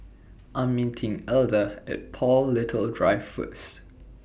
I Am meeting Elda At Paul Little Drive First